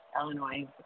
Illinois